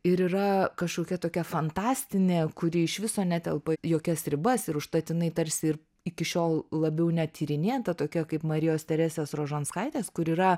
ir yra kažkokia tokia fantastinė kuri iš viso netelpa į jokias ribas ir užtat jinai tarsi ir iki šiol labiau netyrinėjan ta tokia kaip marijos teresės rožanskaitės kur yra